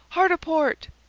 hard-a-port!